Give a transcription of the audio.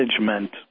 management